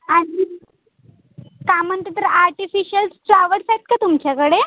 आणि काय म्हणते तर आर्टिफिशल फ्लावर्स आहेत का तुमच्याकडे